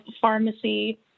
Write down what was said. pharmacy